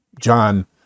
John